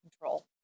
control